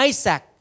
Isaac